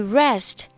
rest